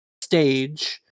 stage